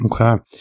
Okay